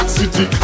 city